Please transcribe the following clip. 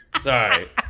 Sorry